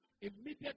immediately